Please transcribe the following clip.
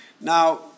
Now